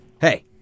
hey